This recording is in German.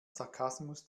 sarkasmus